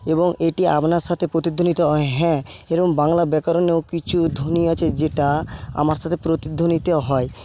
এবং এটি আপনার সাথে প্রতিধ্বনিত হয় হ্যাঁ এরম বাংলা ব্যাকরণেও কিছু ধ্বনি আছে যেটা আমার সাথে প্রতিধ্বনিত হয়